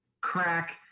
crack